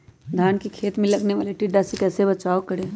धान के खेत मे लगने वाले टिड्डा से कैसे बचाओ करें?